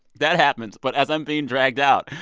that happens. but as i'm being dragged out,